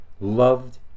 loved